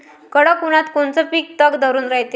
कडक उन्हाळ्यात कोनचं पिकं तग धरून रायते?